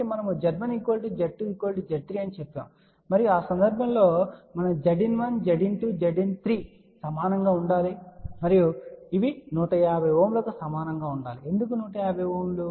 కాబట్టి మనము Z1 Z2 Z3 అని చెప్తాము మరియు ఆ సందర్భంలో మనం Zin1 Zin2 Zin3 సమానంగా ఉండాలి మరియు ఇవి 150 Ω కు సమానంగా ఉండాలి ఎందుకు 150 Ω